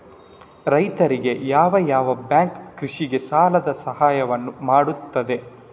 ರೈತರಿಗೆ ಯಾವ ಯಾವ ಬ್ಯಾಂಕ್ ಕೃಷಿಗೆ ಸಾಲದ ಸಹಾಯವನ್ನು ಮಾಡ್ತದೆ?